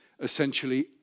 essentially